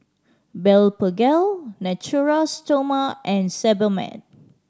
Blephagel Natura Stoma and Sebamed